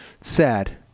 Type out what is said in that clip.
Sad